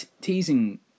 teasing